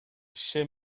che